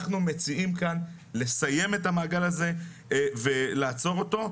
אנחנו מציעים כאן לסיים את המעגל הזה ולעצור ואתו.